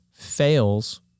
fails